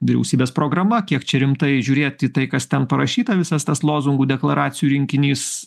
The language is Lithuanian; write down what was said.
vyriausybės programa kiek čia rimtai žiūrėti į tai kas ten parašyta visas tas lozungų deklaracijų rinkinys